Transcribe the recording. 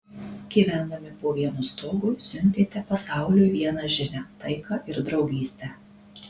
gyvendami po vienu stogu siuntėte pasauliui vieną žinią taiką ir draugystę